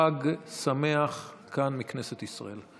חג שמח כאן מכנסת ישראל.